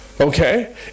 Okay